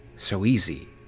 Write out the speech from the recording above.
so easy!